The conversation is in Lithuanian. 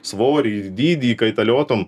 svorį ir dydį kaitaliotum